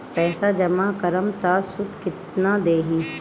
पैसा जमा करम त शुध कितना देही?